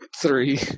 three